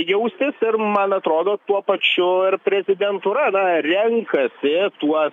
jaustis ir man atrodo tuo pačiu ir prezidentūra na renkasi tuos